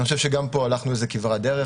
אני חושב שגם פה הלכנו כברת דרך.